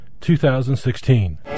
2016